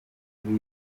buryo